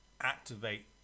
activate